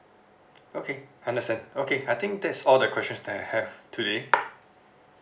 okay understand okay I think that's all the questions that I have today